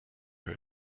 her